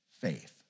Faith